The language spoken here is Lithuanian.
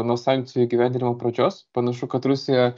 nuo sankcijų įgyvendinimo pradžios panašu kad rusija